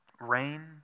rain